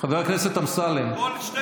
חבר הכנסת אמסלם, כל שתי דקות.